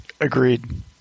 agreed